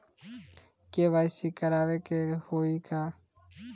KYC करावे के होई का?